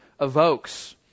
evokes